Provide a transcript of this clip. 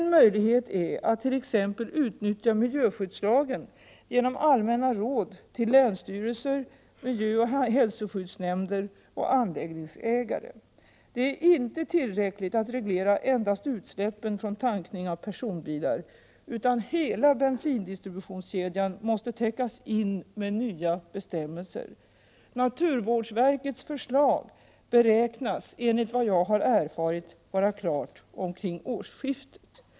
En möjlighet är att t.ex. utnyttja miljöskyddslagen genom allmänna råd till länsstyrelser, miljöoch hälsoskyddsnämnder och anläggningsägare. Det är inte tillräckligt att endast reglera utsläppen från tankning av personbilar, utan hela bensindistributionskedjan måste täckas med nya bestämmelser. Naturvårdsverkets förslag beräknas, enligt vad jag erfarit, vara klart omkring årsskiftet.